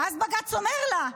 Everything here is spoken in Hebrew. ואז בג"ץ אומר לה: